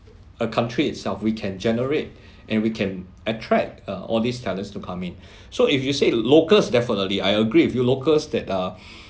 a country itself we can generate and we can attract uh all these talents to come in so if you say locals definitely I agree with you locals that uh